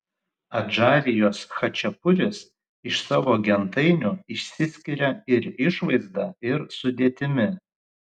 adžarijos chačapuris iš savo gentainių išsiskiria ir išvaizda ir sudėtimi